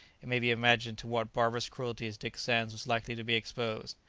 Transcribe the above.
it may be imagined to what barbarous cruelties dick sands was likely to be exposed.